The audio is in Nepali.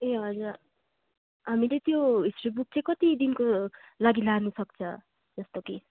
ए हजुर हामीले त्यो हिस्ट्री बुक चाहिँ कति दिनको लागि लानु सक्छ जस्तो कि